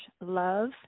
love